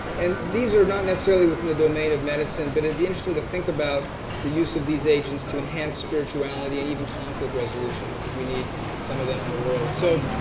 and these are not necessarily within the domain of medicine, but it'd be interesting to think about the use of these agents, to enhance spirituality, and even conflict resolution. i think we need some of that in the world. so,